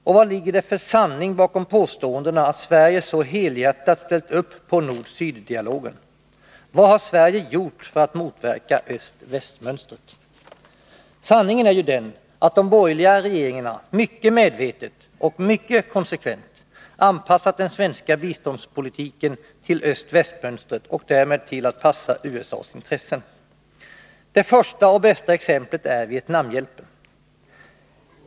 Och vad ligger det för sanning bakom påståendena att Sverige helhjärtat ställt upp på nord-syddialogen? Vad har Sverige gjort för att motverka öst-väst-mönstret? Sanningen är ju den att de borgerliga regeringarna mycket medvetet och mycket konsekvent har anpassat den svenska biståndspolitiken till öst-västmönstret och därmed till att passa USA:s intressen. Det första och bästa exemplet är Vietnamhjälpen.